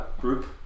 group